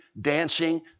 dancing